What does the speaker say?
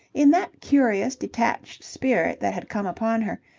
in that curious, detached spirit that had come upon her,